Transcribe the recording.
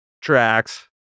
tracks